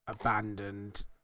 abandoned